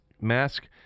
mask